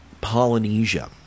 Polynesia